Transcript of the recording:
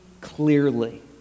clearly